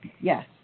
Yes